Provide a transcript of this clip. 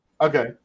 okay